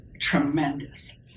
tremendous